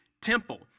temple